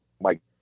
mike